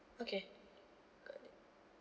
okay got it